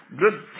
good